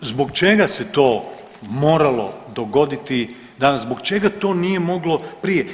Zbog čega se to moralo dogoditi danas, zbog čega to nije moglo prije?